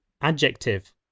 Adjective